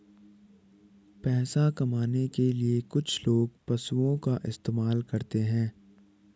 पैसा कमाने के लिए कुछ लोग पशुओं का इस्तेमाल करते हैं